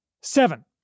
Seven